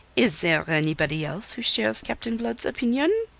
is there anybody else who shares captain blood's opinion?